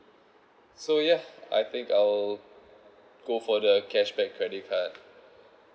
so yeah I think I'll go for the cashback credit card